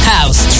House